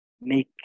make